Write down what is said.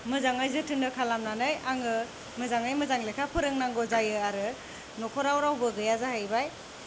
मोजाङै जोथोन खालामनानै आङो मोजाङै मोजां लेखा फोरोंनांगौ जायो आरो न'खराव रावबो गैया जाहैबाय